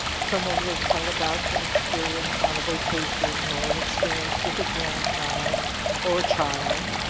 someone will tell about an experience on a vacation or an experience with a grandchild or a child.